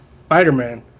Spider-Man